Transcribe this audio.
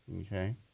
Okay